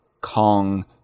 Kong